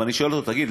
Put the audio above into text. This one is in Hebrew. ואני שואל אותו: תגיד,